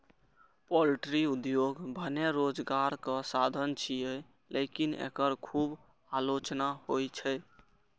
poultry उद्योग भने रोजगारक साधन छियै, लेकिन एकर खूब आलोचना होइ छै